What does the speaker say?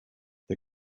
the